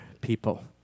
people